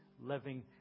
living